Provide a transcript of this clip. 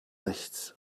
rechts